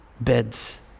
beds